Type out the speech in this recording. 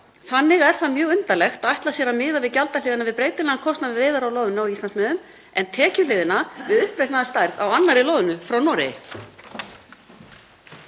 Þannig er mjög undarlegt að ætla sér að miða gjaldahliðina við breytilegan kostnað við veiðar á loðnu á Íslandsmiðum, en tekjuhliðina við uppreiknaða stærð á annarri loðnu frá Noregi.